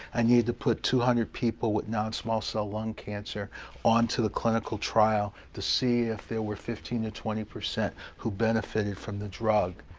i needed to put two hundred people with non-small cell lung cancer on to the clinical trial, to see if there were fifteen percent to twenty percent who benefited from the drug.